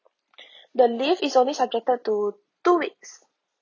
the leave is only subjected to two weeks